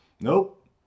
Nope